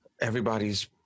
everybody's